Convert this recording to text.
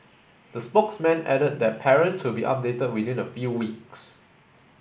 the spokesman added that parents will be updated within a few weeks